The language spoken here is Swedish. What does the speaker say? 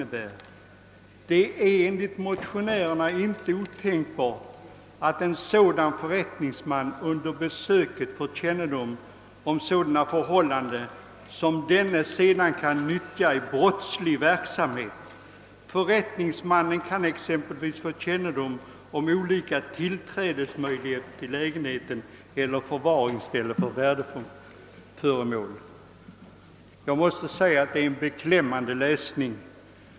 Det är enligt motionärerna inte otänkbart att en sådan förrättningsman under besöket får kännedom om sådana förhållanden som denne sedan kan nyttja i brottslig verksamhét. Förrättningsmannen kan exempelvis få kännedom om olika tillträdesmöjligheter till lägenheten eller förvaringsställen för värdeföremål. Jag måste säga att detta är en beklämmande läsning.